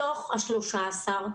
מתוך ה-13 דיונים,